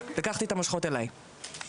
לקחתי את המושכות אליי,